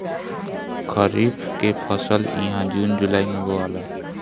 खरीफ के फसल इहा जून जुलाई में बोआला